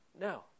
No